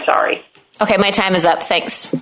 sorry ok my time is up thanks